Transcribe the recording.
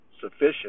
sufficient